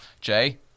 Jay